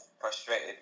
frustrated